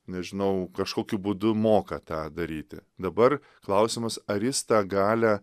nežinau kažkokiu būdu moka tą daryti dabar klausimas ar jis tą galią